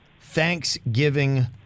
Thanksgiving